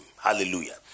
Hallelujah